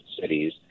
cities